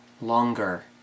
longer